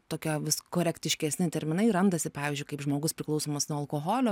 tokia vis korektiškesni terminai randasi kaip žmogus priklausomas nuo alkoholio